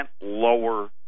lower